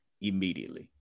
immediately